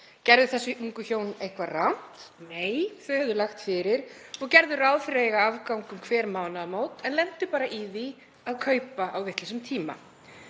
Gerðu þessi ungu hjón eitthvað rangt? Nei, þau höfðu lagt fyrir og gerðu ráð fyrir að eiga afgang um hver mánaðamót en lentu bara í því að kaupa á vitlausum tíma.